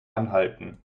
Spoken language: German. anhalten